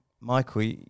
Michael